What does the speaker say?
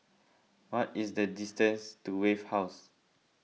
what is the distance to Wave House